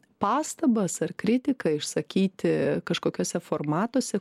pastabas ar kritiką išsakyti kažkokiuose formatuose